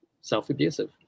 self-abusive